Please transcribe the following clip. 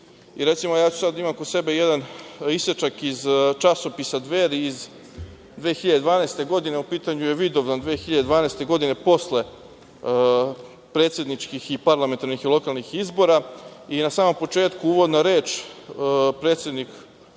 unapredili. Imam kod sebe jedan isečak iz časopisa „Dveri“ iz 2012. godine. U pitanju je Vidovdan 2012. godine, posle predsedničkih, parlamentarnih i lokalnih izbora i na samom početku uvodna reč, predsednik